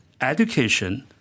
education